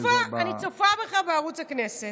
אני צופה, אני צופה בך בערוץ הכנסת.